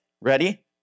ready